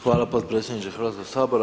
Hvala potpredsjedničke Hrvatskog sabora.